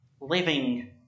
living